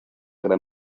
gran